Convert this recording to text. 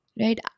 right